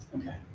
okay